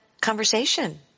conversation